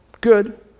good